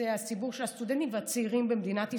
זה הציבור של הסטודנטים והצעירים במדינת ישראל,